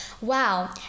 Wow